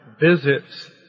visits